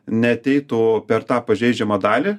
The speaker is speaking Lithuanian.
neateitų per tą pažeidžiamą dalį